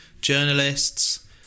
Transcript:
Journalists